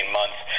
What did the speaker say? months